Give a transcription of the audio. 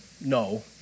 No